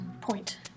point